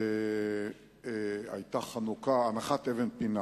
היתה הנחת אבן פינה